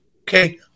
Okay